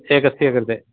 एकस्य कृते